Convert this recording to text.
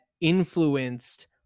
influenced